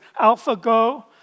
AlphaGo